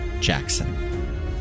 Jackson